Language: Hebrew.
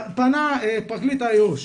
פנה פרקליט איו"ש,